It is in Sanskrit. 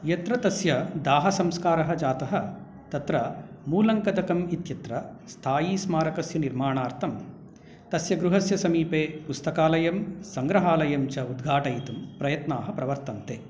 यत्र तस्य दाहसंस्कारः जातः तत्र मूलङ्कदकम् इत्यत्र स्थायीस्मारकस्य निर्माणार्थं तस्य गृहस्य समीपे पुस्तकालयं सङ्ग्रहालयं च उद्घाटयितुं प्रयत्नाः प्रवर्तन्ते